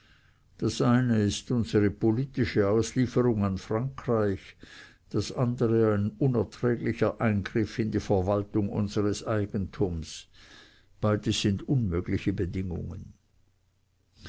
das eine ist unsere politische auslieferung an frankreich das andere ein unerträglicher eingriff in die verwaltung unseres eigentums beides sind unmögliche bedingungen